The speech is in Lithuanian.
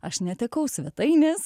aš netekau svetainės